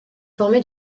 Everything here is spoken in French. formé